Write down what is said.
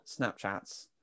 Snapchats